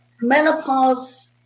menopause